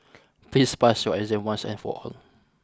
please pass your exam once and for all